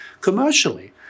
commercially